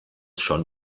schon